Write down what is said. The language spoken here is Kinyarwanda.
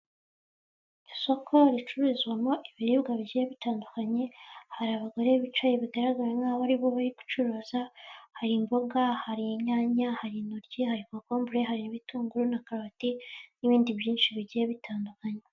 Isoko ricururizwamo ibiribwa bigiye bitandukanye, hari abagore bicaye bigaragara nkaho ari bo bari gucuruza, hari imboga, hari inyanya, hari intoryi, hari kokombure, hari ibitunguru na karoti n'ibindi byinshi bigiye bitandukanye.